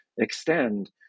extend